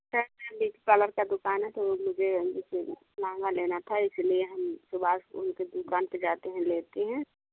sir मेरी beauty parlour की दुकान है तो मुझे लहंगा लेना था इसी लिए हम सुभाष उनकी दुकान पर जाते हैं लेते हैं